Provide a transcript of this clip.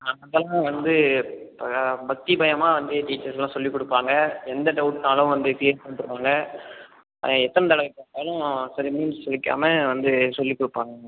ஆ அது எல்லாம் வந்து பா பக்தி பயமாக வந்து டீச்சர்ஸ்லாம் சொல்லிகொடுப்பாங்க எந்த டவுட்னாலும் வந்து க்ளியர் பண்ணிட்டு போவாங்க அதை எத்தனை தடவை கேட்டாலும் சரி மூஞ்சி சுளிக்காமல் வந்து சொல்லிகொடுப்பாங்க